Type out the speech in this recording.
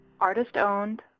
Artist-owned